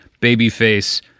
Babyface